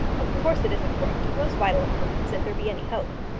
of course it is important of most vital importance if there be any hope.